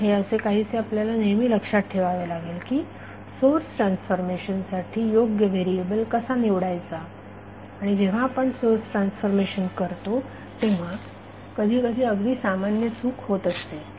म्हणून हे असे काहीसे आपल्याला नेहमी लक्षात ठेवावे लागेल की सोर्स ट्रान्सफॉर्मेशनसाठी योग्य व्हेरिएबल कसा निवडायचा आणि जेव्हा आपण सोर्स ट्रान्सफॉर्मेशन करतो तेव्हा कधीकधी अगदी सामान्य चूक होत असते